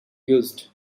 used